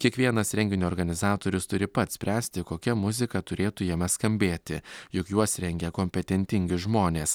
kiekvienas renginio organizatorius turi pats spręsti kokia muzika turėtų jame skambėti juk juos rengia kompetentingi žmonės